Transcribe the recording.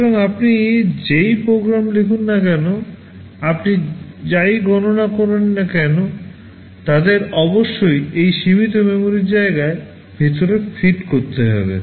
সুতরাং আপনি যেই প্রোগ্রাম লিখুন না কেন আপনি যেই গণনা করেন না কেন তাদের অবশ্যই এই সীমিত মেমরির জায়গার ভিতরে ফিট করতে হবে